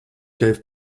gave